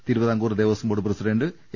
Thiruvithamkoor Devaswom board president A